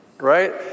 Right